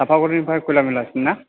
चापागुरिनिफ्राय कयला मयलासिम ना